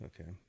okay